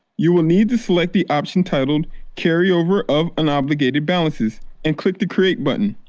you will need to select the option titled carryover of unobligated balances and click the create button.